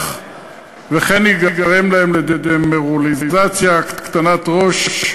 יגרום להם דמורליזציה ו"הקטנת ראש",